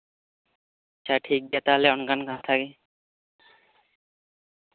ᱦᱮᱸ ᱴᱷᱤᱠ ᱜᱮᱭᱟ ᱛᱟᱦᱞᱮ ᱚᱱᱠᱟᱱ ᱠᱟᱛᱷᱟ ᱜᱮ